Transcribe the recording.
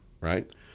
Right